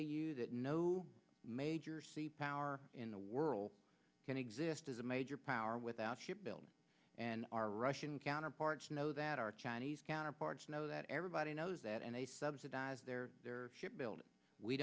you that no major power in the world can exist as a major power without shipbuilding and our russian counterparts know that our chinese counterparts know that everybody knows that and they subsidize their ship building we